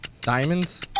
Diamonds